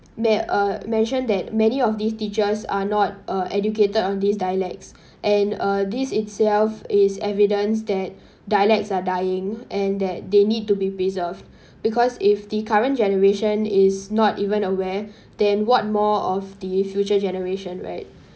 uh mentioned that many of these teachers are not are uh educated on these dialects and uh this itself is evidence that dialects are dying and that they need to be preserved because if the current generation is not even aware than what more of the future generation right